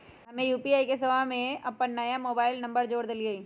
हम्मे यू.पी.आई सेवा में अपन नया मोबाइल नंबर जोड़ देलीयी